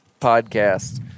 podcast